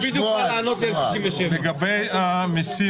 הוא בדיוק בא לענות לי על 67. לגבי המיסים,